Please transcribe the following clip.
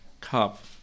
cup